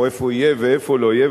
או איפה יהיה ואיפה לא יהיה.